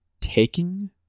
taking